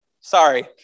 Sorry